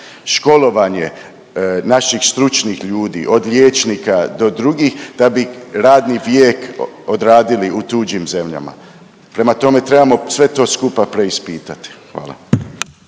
školovanje naših stručnih ljudi, od liječnika do drugih da bi radni vijek odradili u tuđim zemljama. Prema tome, trebamo sve to skupa preispitati, hvala.